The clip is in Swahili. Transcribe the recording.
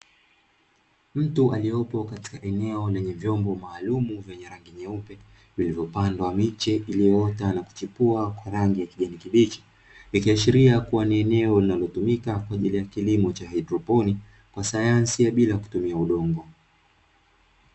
Mtu aliopo katika eneo lenye vyombo maalum wenye rangi nyeupe, vilivyopanda wapi nyota na kuchipua maradhi ya kijamii, ikiashiria kuwa ni eneo la kutumika kilimo cha haidroponi kwa sayansi ya bila kutumia udongo.